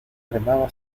remaba